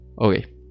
Okay